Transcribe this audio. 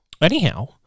Anyhow